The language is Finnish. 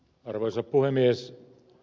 arvoisa puhemies